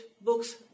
books